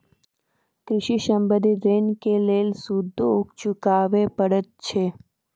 कृषि संबंधी ॠण के लेल सूदो चुकावे पड़त छै?